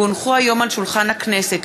כי הונחו היום על שולחן הכנסת,